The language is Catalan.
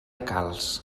calç